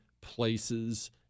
places